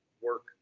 work